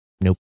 Nope